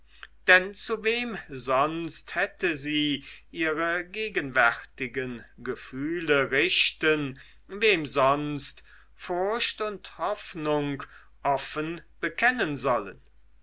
denn zu wem sonst hätte sie ihre gegenwärtigen gefühle richten wem sonst furcht und hoffnung offen bekennen sollen